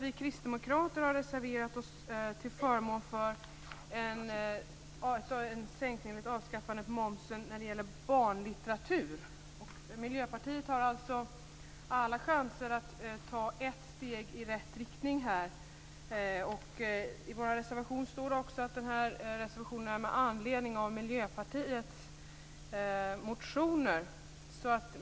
Vi kristdemokrater har reserverat oss till förmån för en sänkning eller ett avskaffande av momsen på barnlitteratur. Miljöpartiet har alltså alla chanser att ta ett steg i rätt riktning här. I vår reservation står det också att vi reserverar oss med anledning av Miljöpartiets motioner.